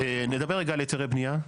נדבר רגע על היתרי בנייה,